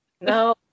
no